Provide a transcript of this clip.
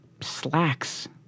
slacks